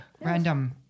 Random